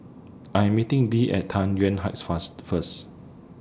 I Am meeting Bee At Tai Yuan Heights fast First